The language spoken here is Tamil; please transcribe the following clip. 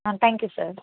ah thank you sir